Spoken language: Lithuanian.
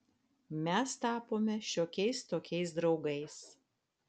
mes tapome šiokiais tokiais draugais